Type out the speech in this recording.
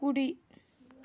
కుడి